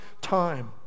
time